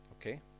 Okay